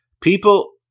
people